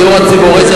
חוק הדיור הציבורי זה